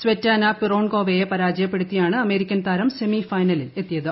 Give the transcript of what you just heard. സ്വെറ്റാന് പിറോൺകോവയെ പരാജയപ്പെടുത്തി യാണ് അമേരിക്കൻ താരം സെമി സൈനലിൽ എത്തിയത്